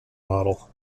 model